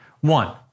One